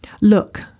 Look